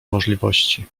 możliwości